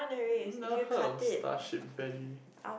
never heard of star shape veggie